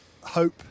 hope